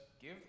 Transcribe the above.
give